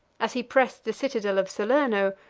as he pressed the citadel of salerno,